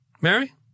Mary